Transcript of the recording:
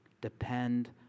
Depend